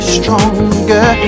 stronger